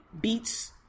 beats